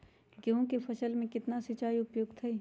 गेंहू के फसल में केतना सिंचाई उपयुक्त हाइ?